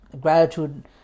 Gratitude